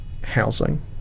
housing